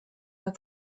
that